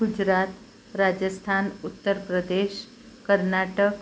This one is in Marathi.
गुजरात राजस्थान उत्तर प्रदेश कर्नाटक